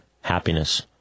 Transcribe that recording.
happiness